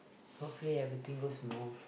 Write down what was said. hopefully everything goes smooth